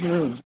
ओम